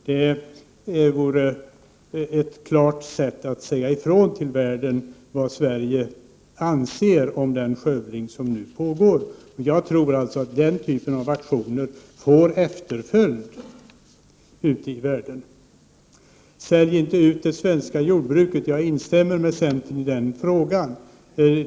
Det vore ett klart sätt att säga ifrån till världen vad Sverige anser om den skövling som nu pågår. Jag tror ailtså att den typen av aktioner får efterföljare ute i världen. Sälj inte ut det svenska jordbruket! Jag instämmer med centern i den frågan.